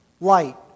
light